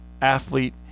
athlete